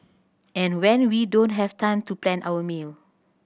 and when we don't have time to plan our meal